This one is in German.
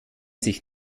sich